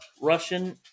Russian